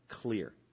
clear